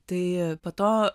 tai po to